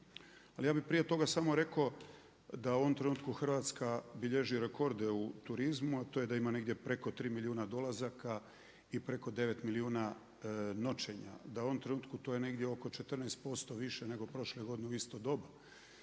Ali ja bih prije toga samo rekao da u ovom trenutku Hrvatska bilježi rekorde u turizmu, a to je da ima negdje preko tri milijuna dolazaka i preko devet milijuna noćenja, da je to u ovom trenutku negdje oko 14% više nego prošle godine u isto doba,